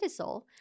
Cortisol